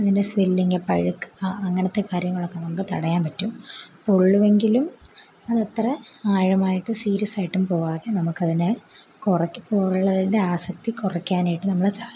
അതിൻ്റെ സ്വെല്ലിങ്ങ് പഴുക്കുക അങ്ങനത്തെ കാര്യങ്ങളൊക്കെ നമുക്ക് തടയാൻ പറ്റും പൊള്ളുമെങ്കിലും നമ്മൾ അത്ര ആഴമായിട്ടും സീരിയസാട്ടും പോകാതെ നമുക്കതിനെ കുറയ്ക്ക് പൊള്ളലിൻ്റെ ആസക്തി കുറയ്ക്കാനായിട്ട് നമ്മളെ സഹായിക്കും